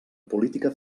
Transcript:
política